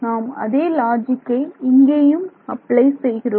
நாம் அதே லாஜிக்கை இங்கேயும் அப்ளை செய்கிறோம்